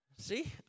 See